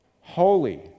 holy